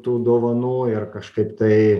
tų dovanų ir kažkaip tai